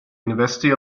university